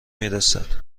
میرسد